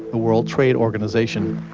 the world trade organisation.